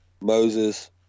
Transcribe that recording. Moses